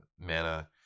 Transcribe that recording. MANA